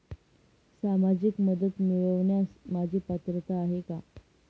सामाजिक मदत मिळवण्यास माझी पात्रता आहे का?